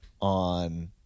on